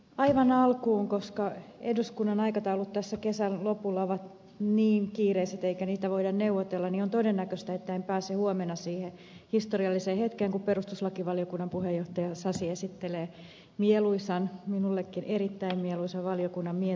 aivan alkuun koska eduskunnan aikataulut tässä kesän lopulla ovat niin kiireiset eikä niistä voida neuvotella että on todennäköistä että en pääse huomenna siihen historialliseen hetkeen kun perustuslakivaliokunnan puheenjohtaja sasi esittelee mieluisan minullekin erittäin mieluisan valiokunnan mietinnön